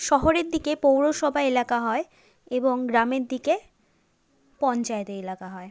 শহরের দিকে পৌরসভা এলাকা হয় এবং গ্রামের দিকে পঞ্চায়েত এলাকা হয়